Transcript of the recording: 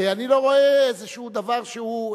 אני לא רואה איזושהי חובה.